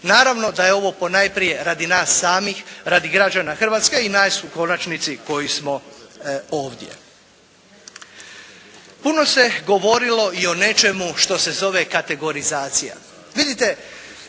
Naravno da je ovo ponajprije radi nas samih, radi građana Hrvatske i nas u konačnici koji smo ovdje. Puno se govorilo i o nečemu što se zove kategorizacija.